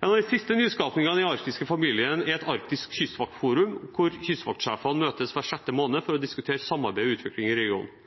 En av de siste nyskapingene i den arktiske familien er Arktisk kystvaktforum, hvor kystvaktsjefene møtes hver sjette måned for å diskutere samarbeid og utvikling i regionen.